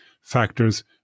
factors